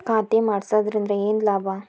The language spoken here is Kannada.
ಖಾತೆ ಮಾಡಿಸಿದ್ದರಿಂದ ಏನು ಲಾಭ?